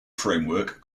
framework